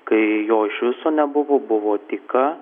kai jo iš viso nebuvo buvo tyka